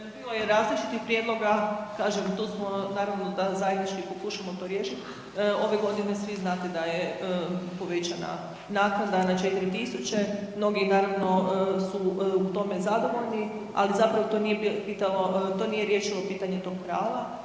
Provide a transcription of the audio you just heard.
Bilo je različitih prijedloga, kažem tu smo naravno da zajednički pokušamo to riješiti, ove godine svi znate da je povećana naknada na 4.000, mnogi naravno su u tome zadovoljni, ali zapravo to nije riješilo pitanje toga prava